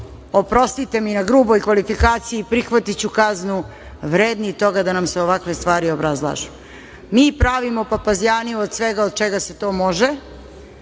oprostite mi na gruboj kvalifikaciji, prihvatiću kaznu, vredni toga da nam se ovakve stvari obrazlažu. Mi pravimo papazjaniju od svega od čega se to može,